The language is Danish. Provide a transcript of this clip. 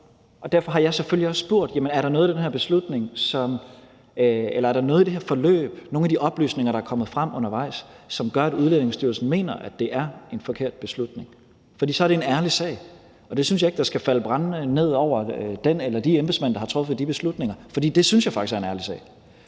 Derfor har jeg selvfølgelig også spurgt, om der er noget i det her forløb og nogle af de oplysninger, der er kommet frem undervejs, som gør, at Udlændingestyrelsen mener, at det er en forkert beslutning. For så er det en ærlig sag, og jeg synes ikke, der skal falde brænde ned over den eller de embedsmænd, der har truffet de beslutninger, for det synes jeg faktisk er en ærlig sag.